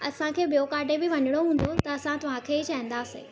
असांखे ॿियो काॾे बि वञिणो हूंदो त असां तव्हांखे ई चवंदासि